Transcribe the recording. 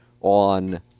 on